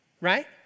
Right